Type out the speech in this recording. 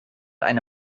eine